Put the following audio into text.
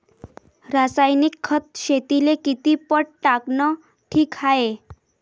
रासायनिक खत शेतीले किती पट टाकनं ठीक हाये?